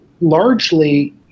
Largely